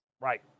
Right